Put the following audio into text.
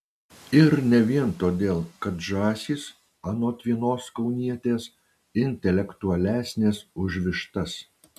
ir ne vien todėl kad žąsys anot vienos kaunietės intelektualesnės už vištas